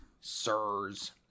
Sirs